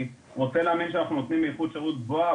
אני רוצה להאמין שאנחנו נותנים איכות שירות גבוהה,